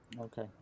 okay